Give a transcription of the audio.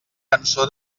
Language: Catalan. cançó